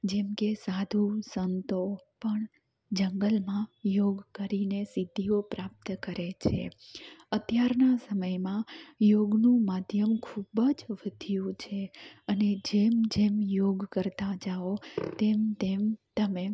જેમકે સાધુ સંતો પણ જંગલમાં યોગ કરીને સિદ્ધિઓ પ્રાપ્ત કરે છે અત્યારના સમયમાં યોગનું માધ્યમ ખૂબ જ વધ્યું છે અને જેમ જેમ યોગ કરતાં જાઓ તેમ તેમ તમે